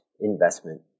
investment